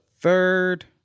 third